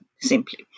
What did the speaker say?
simply